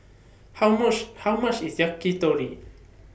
How How much IS Yakitori